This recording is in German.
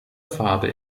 farbe